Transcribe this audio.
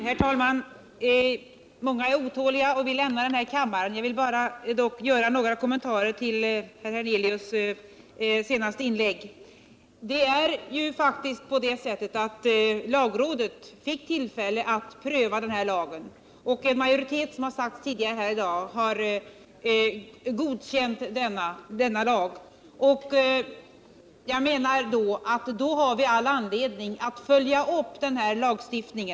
Herr talman! Många ledamöter är otåliga och vill nu lämna kammaren. Jag vill dock bara göra några kommentarer till herr Hernelius senaste inlägg. Det är faktiskt så att lagrådet fick möjlighet att pröva denna lag. Som har sagts tidigare i dag har en majoritet av lagrådet också godkänt lagen. Jag menar då att vi har all anledning att följa upp denna lagstiftning.